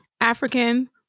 African